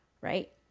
right